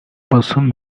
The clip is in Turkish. basın